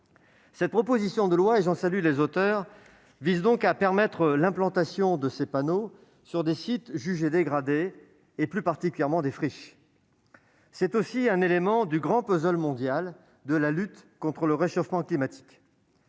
Ce texte, dont je salue les auteurs, vise donc à permettre l'implantation de ces panneaux sur des sites jugés dégradés, et plus particulièrement des friches. C'est aussi un élément du grand puzzle mondial de la lutte contre le réchauffement climatique.